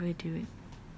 whatever dude